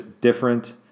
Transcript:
different